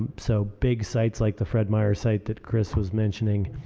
um so big sites like the fred meyer site that chris was mentioning,